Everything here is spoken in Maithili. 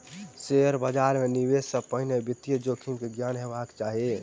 शेयर बाजार मे निवेश से पहिने वित्तीय जोखिम के ज्ञान हेबाक चाही